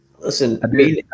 Listen